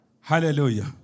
hallelujah